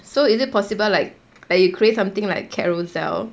so is it possible like like you create something like Carousell